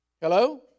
Hello